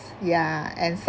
ya and some